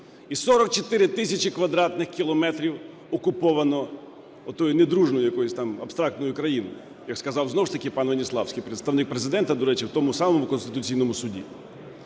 І 44 тисячі квадратних кілометрів окуповано отою недружньою якоюсь там абстрактною країною, як сказав знову ж таки пан Веніславський представник Президента, до речі, в тому самому Конституційному Суді.